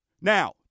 Now